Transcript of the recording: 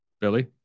Billy